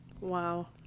Wow